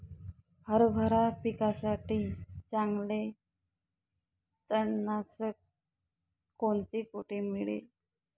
हरभरा पिकासाठी चांगले तणनाशक कोणते, कोठे मिळेल?